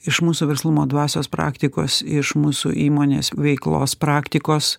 iš mūsų verslumo dvasios praktikos iš mūsų įmonės veiklos praktikos